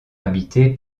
habitée